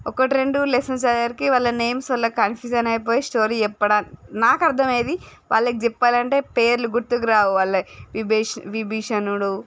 ఒకటి రెండు లైసెన్స్ చదివేవరకి వాళ్ళ నేమ్స్ కన్ఫ్యూజన్ అయిపోయి స్టోరీ చెప్పడానికి నాకు అర్థమయ్యేది వాళ్లకు చెప్పాలంటే పేర్లు గుర్తుకు రావు వాళ్లయి విభేష్ విభీషణుడు